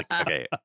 Okay